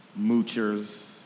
moochers